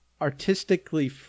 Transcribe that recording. artistically